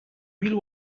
bill